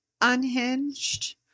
Unhinged